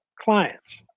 clients